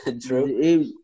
True